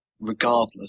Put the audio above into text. Regardless